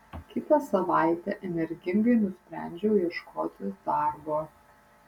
kitą savaitę energingai nusprendžiu ieškotis darbo